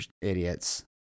idiots